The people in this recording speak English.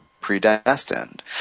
predestined